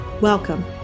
Welcome